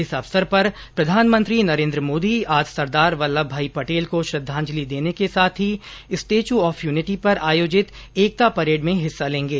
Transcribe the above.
इस अवसर पर प्रधानमंत्री नरेन्द्र मोदी आज सरदार वल्लभ भाई पटेल को श्रद्वांजलि देने के साथ ही स्टैचू ऑफ यूनिटी पर आयोजित एकता परेड में हिस्सा लेंगे